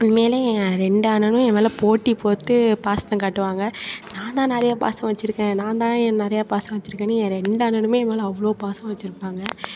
உண்மையில் என் ரெண்டு அண்ணனும் போட்டி போட்டு பாசத்தை காட்டுவாங்க நான் தான் நிறைய பாசம் வச்சிருக்கேன் நான் தான் நிறைய பாசம் வச்சிருக்கேனு என் ரெண்டு அண்ணனுமே என் மேல் அவ்வளோ பாசம் வச்சிருப்பாங்க